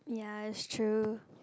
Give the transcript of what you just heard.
ya it's true